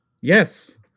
Yes